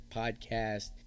podcast